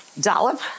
dollop